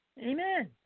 Amen